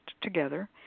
together